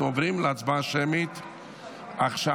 אנחנו עוברים להצבעה שמית עכשיו,